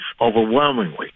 overwhelmingly